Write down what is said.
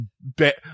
bet